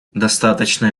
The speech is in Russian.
достаточно